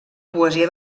poesia